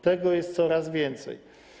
Tego jest coraz więcej.